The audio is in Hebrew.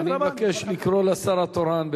אני מבקש לקרוא לשר התורן.